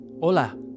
hola